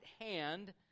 hand